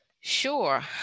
Sure